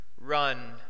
run